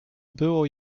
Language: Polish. było